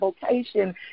vocation